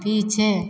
पीछे